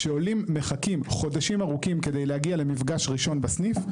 כשעולים מחכים חודשים ארוכים כדי להגיע למפגש ראשון בסניף,